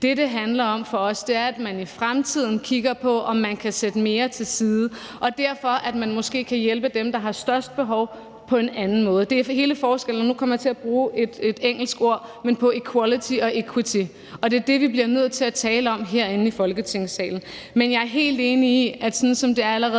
have øget brugerbetaling. Det, det handler om for os, er, at man i fremtiden kigger på, om man kan sætte mere til side, og at man derfor måske kan hjælpe dem, der har størst behov, på en anden måde. Det er hele forskellen på – og nu kommer jeg til at bruge et engelsk ord – equality og equity, og det er det, vi bliver nødt til at tale om herinde i Folketingssalen. Men jeg er helt enig i, at sådan som det er allerede nu,